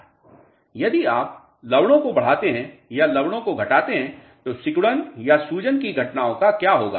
यदि आप लवणों को बढ़ाते हैं या लवणों को घटाते हैं तो सिकुड़न या सूजन की घटनाओं का क्या होगा